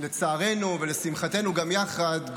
לצערנו ולשמחתנו גם יחד,